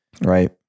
Right